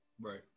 Right